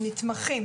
הם נתמכים.